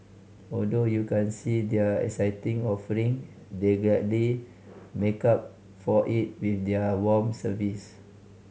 although you can't see their exciting offering they gladly make up for it with their warm service